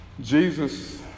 Jesus